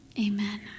Amen